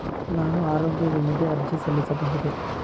ನಾನು ಆರೋಗ್ಯ ವಿಮೆಗೆ ಅರ್ಜಿ ಸಲ್ಲಿಸಬಹುದೇ?